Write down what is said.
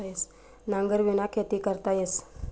नांगरबिना खेती करता येस